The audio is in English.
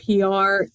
PR